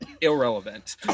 irrelevant